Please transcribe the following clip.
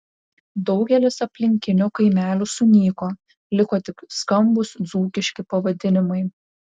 daugelis aplinkinių kaimelių sunyko liko tik skambūs dzūkiški pavadinimai